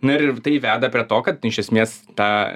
na ir tai veda prie to kad iš esmės tą